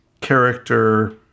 character